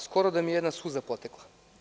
Skoro da mi je jedna suza potekla.